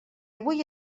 avui